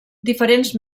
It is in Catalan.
diferents